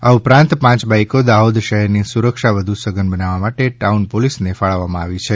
આ ઉપરાંત પાંચ બાઇકો દાહોદ શહેરની સુરક્ષા વધુ સઘન બનાવવા માટે ટાઉન પોલીસને ફાળવવામાં આવી છે